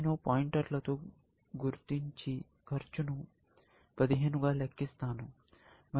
నేను పాయింటర్తో గుర్తించి ఖర్చును 5 10 15 గా లెక్కిస్తాను మరియు ఇది 10 10 20